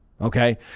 Okay